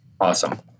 Awesome